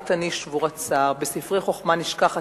עת אני שבור הצער/ בספרי חוכמה נשכחת